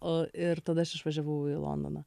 o ir tada aš išvažiavau į londoną